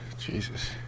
Jesus